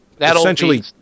essentially